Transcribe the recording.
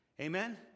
Amen